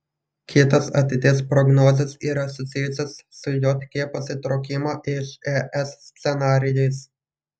kitos ateities prognozės yra susijusios su jk pasitraukimo iš es scenarijais